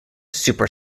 super